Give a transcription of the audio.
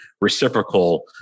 reciprocal